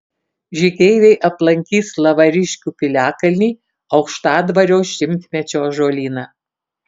žygeiviai aplankys lavariškių piliakalnį aukštadvario šimtmečio ąžuolyną